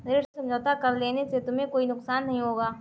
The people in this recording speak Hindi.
ऋण समझौता कर लेने से तुम्हें कोई नुकसान नहीं होगा